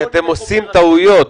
כי אתם עושים טעויות,